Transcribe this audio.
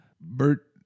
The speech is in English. Bert